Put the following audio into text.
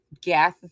Gas